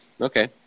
Okay